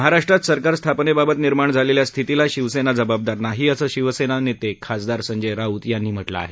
महाराष्ट्रात सरकार स्थापनेबाबत निर्माण झालेल्या स्थितीला शिवसेना जबाबदार नाही असं शिवसेना नेते खासदार संजय राऊत यांनी म्हटलं आहे